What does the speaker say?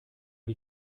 die